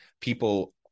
People